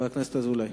חבר הכנסת אזולאי.